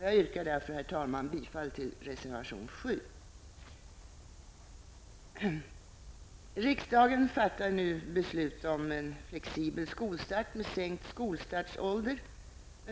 Jag yrkar därför bifall till reservation 7. Riksdagen fattar nu beslut om en flexibel skolstart med sänkt skolstartsålder.